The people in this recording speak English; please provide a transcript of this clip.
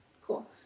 Cool